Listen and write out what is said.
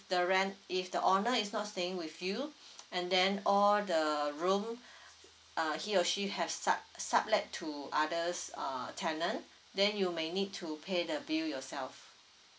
the rent if the owner is not staying with you and then all the room uh he or she have sub~ sublet to others uh tenant then you may need to pay the bill yourself